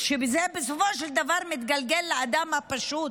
ובסופו של דבר זה מתגלגל אל האדם הפשוט